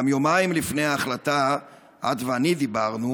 גם יומיים לפני ההחלטה את ואני דיברנו,